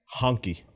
honky